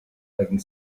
having